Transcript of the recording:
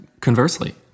conversely